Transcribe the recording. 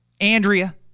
Andrea